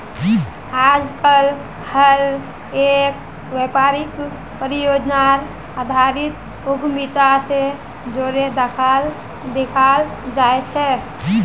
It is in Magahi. आजकल हर एक व्यापारक परियोजनार आधारित उद्यमिता से जोडे देखाल जाये छे